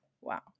wow